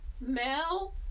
Mel